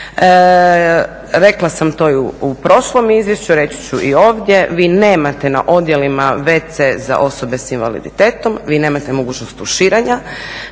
Rekla sam to i u prošlom izvješću, reći ću i ovdje, vi nemate na odjelima wc za osobe sa invaliditetom, vi nemate mogućnost tuširanja.